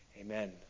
Amen